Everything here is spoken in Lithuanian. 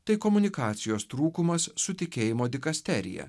tai komunikacijos trūkumas su tikėjimo dikasterija